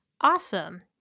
awesome